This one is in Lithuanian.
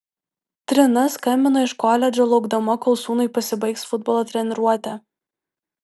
trina skambino iš koledžo laukdama kol sūnui pasibaigs futbolo treniruotė